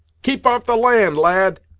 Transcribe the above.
keep off the land, lad,